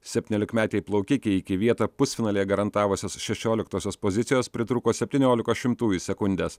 septyniolikmetei plaukikei iki vietą pusfinalyje garantavusios šešioliktosios pozicijos pritrūko septyniolikos šimtųjų sekundės